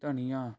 ਧਨੀਆ